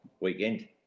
weekend